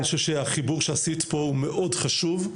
אני חושב שהחיבור שעשית פה הוא מאוד חשוב,